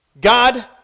God